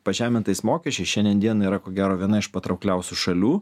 pažemintais mokesčiai šiandien dienai yra ko gero viena iš patraukliausių šalių